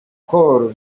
col